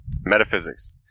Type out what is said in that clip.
Metaphysics